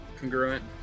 congruent